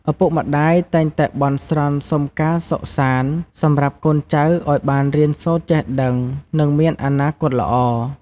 ឪពុកម្ដាយតែងតែបន់ស្រន់សុំការសុខសាន្ត សម្រាប់កូនចៅឱ្យបានរៀនសូត្រចេះដឹង និងមានអនាគតល្អ។